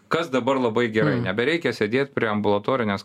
kas dabar labai gerai nebereikia sėdėt prie ambulatorinės